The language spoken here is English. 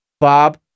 Bob